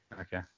Okay